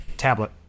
tablet